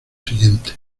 siguiente